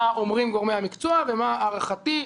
מה אומרים גורמי המקצוע ומה הערכתי,